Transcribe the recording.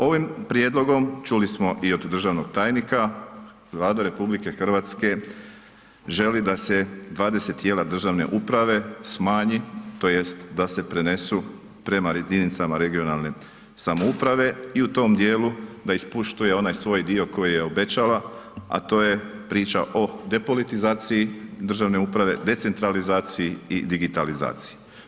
Ovim prijedlogom čuli smo i od državnog tajnika, Vlada RH želi da se 20 tijela državne uprave smanji tj. da se prenesu prema jedinicama regionalne samouprave i u tom dijelu da ispoštuje onaj svoj dio koji je obećala, a to je priča o depolitizacije državne uprave, decentralizaciji i digitalizaciji.